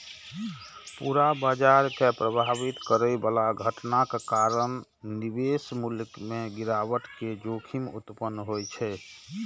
पूरा बाजार कें प्रभावित करै बला घटनाक कारण निवेश मूल्य मे गिरावट के जोखिम उत्पन्न होइ छै